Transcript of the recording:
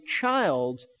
child